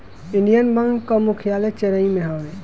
Indian bank कअ मुख्यालय चेन्नई में हवे